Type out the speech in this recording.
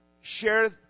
share